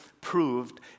proved